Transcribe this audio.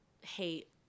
hate